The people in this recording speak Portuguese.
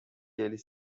eles